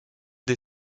des